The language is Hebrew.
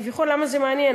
כביכול, למה זה מעניין?